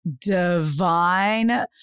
divine